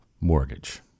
mortgage